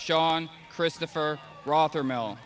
shawn christopher rother mel